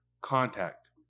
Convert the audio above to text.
contact